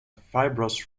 fibrous